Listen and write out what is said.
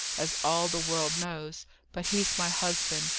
as all the world knows but he's my husband,